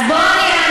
אז בואו,